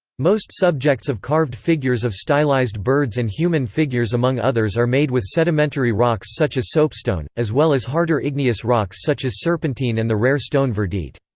most subjects of carved figures of stylised birds and human figures among others are made with sedimentary rocks such as soapstone, as well as harder igneous rocks such as serpentine and the rare stone verdite.